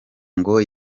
ngo